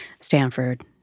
Stanford